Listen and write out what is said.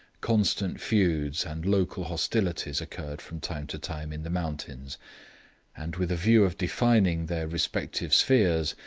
constant feuds and local hostilities occurred from time to time in the mountains and with a view of defining their respective spheres,